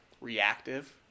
reactive